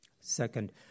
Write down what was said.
Second